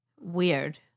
Weird